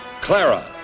Clara